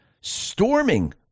storming